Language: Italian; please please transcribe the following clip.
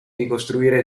ricostruire